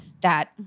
That-